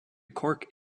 cork